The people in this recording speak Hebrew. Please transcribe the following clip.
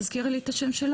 תודה.